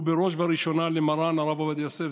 ובראש וראשונה למרן הרב עובדיה יוסף,